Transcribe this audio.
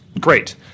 great